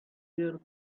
year